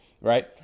right